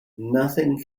nothing